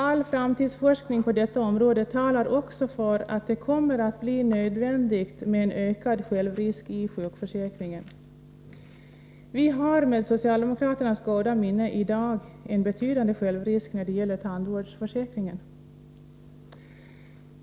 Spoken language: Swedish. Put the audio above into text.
All framtidsforskning på detta område talar också för att det kommer att bli nödvändigt med en ökad självrisk i sjukförsäkringen. Vi har, med socialdemokraternas goda minne, i dag en betydande självrisk när det gäller tandvårdsförsäkringen.